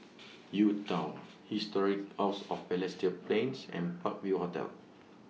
U Town Historic House of Balestier Plains and Park View Hotel